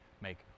make